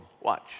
Watch